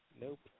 Nope